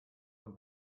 von